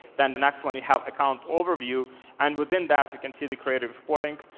then the next one you have account overview and within that can see the creative reporting,